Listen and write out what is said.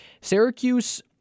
Syracuse